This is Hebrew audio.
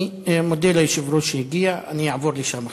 אני מודה ליושב-ראש שהגיע, ואני אעבור לשם עכשיו.